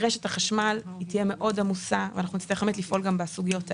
רשת החשמל תהיה עמוסה מאוד ואנחנו נצטרך לפעול גם בסוגיות הללו.